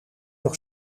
nog